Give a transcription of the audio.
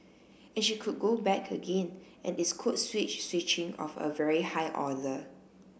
and she could go back again and it's code switch switching of a very high order